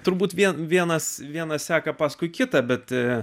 turbūt vien vienas vienas seka paskui kitą bet